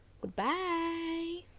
goodbye